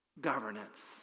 governance